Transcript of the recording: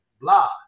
blah